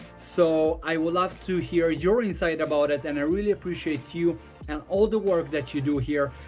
so i will love to hear your insight about it and i really appreciate you and all the work that you do here.